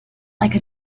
like